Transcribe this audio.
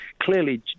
clearly